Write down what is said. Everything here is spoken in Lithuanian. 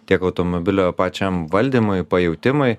tiek automobilio pačiam valdymui pajautimui